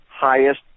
highest